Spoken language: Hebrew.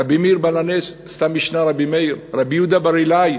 רבי מאיר בעל הנס,"סתם משנה רבי מאיר"; רבי יהודה בר עילאי,